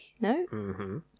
no